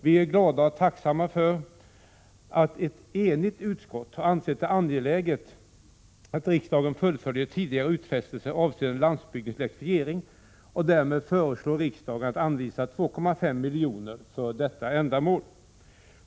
Vi är glada och tacksamma för att ett enigt utskott har ansett det angeläget att riksdagen fullföljer tidigare utfästelse avseende landsbygdens elektrifiering och därmed föreslår riksdagen att anvisa 2,5 miljoner för detta ändamål.